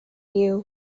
you